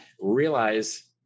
realize